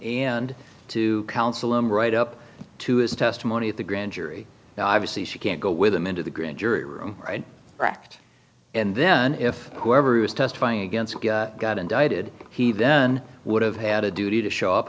and to counsel him right up to his testimony at the grand jury obviously she can't go with him into the grand jury room right act and then if whoever is testifying against got indicted he then would have had a duty to show up